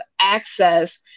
access